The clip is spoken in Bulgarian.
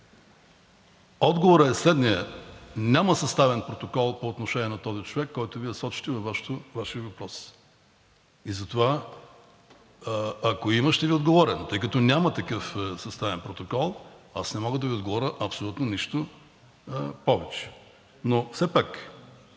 Отговорът е следният: няма съставен протокол по отношение на този човек, който Вие сочите във Вашия въпрос. И затова, ако има, ще Ви отговоря, но тъй като няма такъв съставен протокол, аз не мога да Ви отговоря абсолютно нищо повече. Но все пак,